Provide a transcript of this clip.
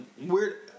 weird